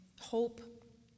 hope